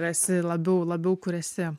esi labiau labiau kur esi